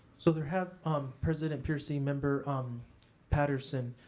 so there have, um president peercy, member um patterson,